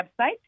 website